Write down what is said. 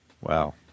Wow